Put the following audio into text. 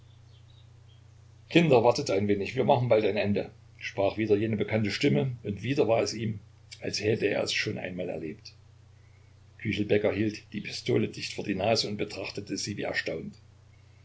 kinder wartet ein wenig wir machen bald ein ende sprach wieder jene bekannte stimme und wieder war es ihm als hätte er es schon einmal erlebt küchelbäcker hielt die pistole dicht vor der nase und betrachtete sie wie erstaunt